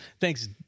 thanks